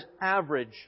average